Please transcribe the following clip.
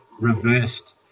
reversed